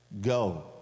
go